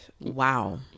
Wow